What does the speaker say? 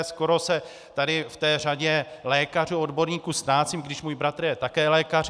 Skoro se tady v té řadě lékařů odborníků ztrácím, i když můj bratr je také lékař.